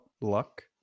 luck